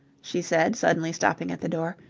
she said, suddenly stopping at the door,